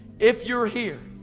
if you're here,